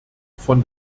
von